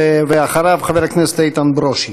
אחריו, חבר הכנסת איתן ברושי.